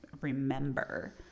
remember